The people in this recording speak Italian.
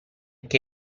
che